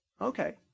Okay